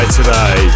today